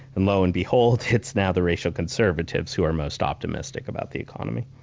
and lo and behold, it's now the racial conservatives who are most optimistic about the economy.